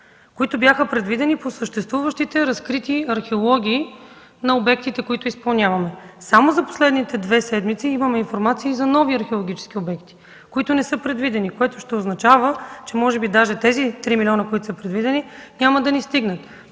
които бяха предвидени по съществуващите разкрити археологически находки на обектите, които изпълняваме. Само за последните две седмици имаме информации за нови археологически обекти, които не са предвидени, което ще означава, че може би даже тези 3 милиона, които са предвидени, няма да ни стигнат.